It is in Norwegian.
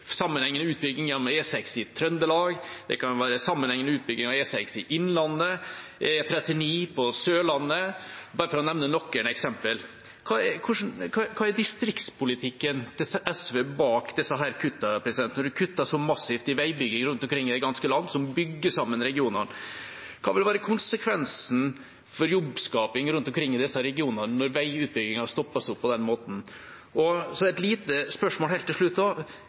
sammenhengende utbygging av E6 i Innlandet og E39 på Sørlandet, bare for å nevne noen eksempler. Hva er distriktspolitikken til SV bak disse kuttene, når de kutter så massivt i veibygging, som bygger sammen regionene, rundt omkring i det ganske land? Hva vil være konsekvensen for jobbskaping rundt omkring i disse regionene når veiutbyggingen stoppes opp på denne måten? Så et lite spørsmål helt til slutt: